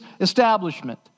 establishment